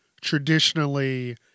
traditionally